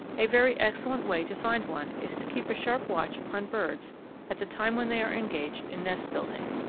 a very excellent way to find one is to keep a sharp watch upon birds at the time when they are engaged in nest building.